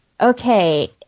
Okay